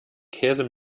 käse